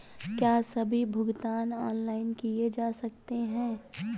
क्या सभी भुगतान ऑनलाइन किए जा सकते हैं?